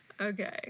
okay